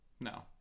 No